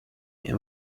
and